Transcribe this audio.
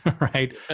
right